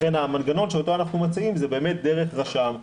לכן המנגנון שאותו אנחנו מציעים זה באמת דרך רשם,